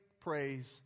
praise